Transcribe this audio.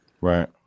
Right